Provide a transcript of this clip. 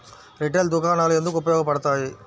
Retail దుకాణాలు ఎందుకు ఉపయోగ పడతాయి?